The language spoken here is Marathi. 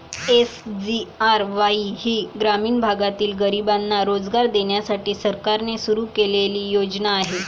एस.जी.आर.वाई ही ग्रामीण भागातील गरिबांना रोजगार देण्यासाठी सरकारने सुरू केलेली योजना आहे